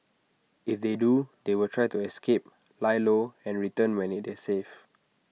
if they do they will try to escape lie low and return when IT is safe